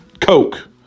Coke